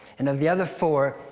and of the other four,